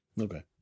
Okay